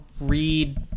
read